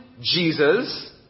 Jesus